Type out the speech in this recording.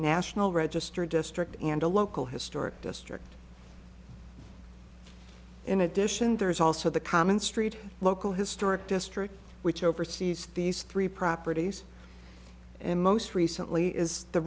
national register district and a local historic district in addition there is also the common street local historic district which oversees these three properties and most recently is the